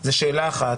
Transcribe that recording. זה שאלה אחת.